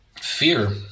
Fear